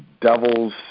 devil's